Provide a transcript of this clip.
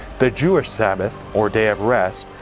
the jewish sabbath, or day of rest,